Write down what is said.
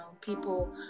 people